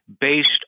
based